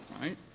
right